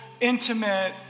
intimate